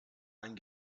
ein